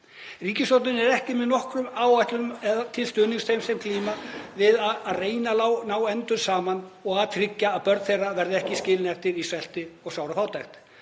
Ríkisstjórnin er ekki með nokkra áætlun til stuðnings þeim sem glíma við að reyna að ná endum saman og að tryggja að börn þeirra verði ekki skilin eftir í svelti og sárafátækt.